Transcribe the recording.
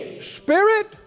spirit